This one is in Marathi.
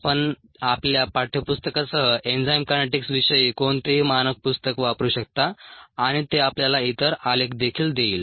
आपण आपल्या पाठ्यपुस्तकासह एन्झाईम कायनेटिक्स विषयी कोणतेही मानक पुस्तक वापरू शकता आणि ते आपल्याला इतर आलेख देखील देईल